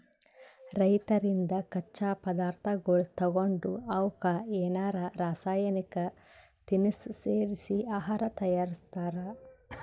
ರೈತರಿಂದ್ ಕಚ್ಚಾ ಪದಾರ್ಥಗೊಳ್ ತಗೊಂಡ್ ಅವಕ್ಕ್ ಏನರೆ ರಾಸಾಯನಿಕ್ ತಿನಸ್ ಸೇರಿಸಿ ಆಹಾರ್ ತಯಾರಿಸ್ತಾರ್